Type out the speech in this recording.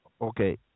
Okay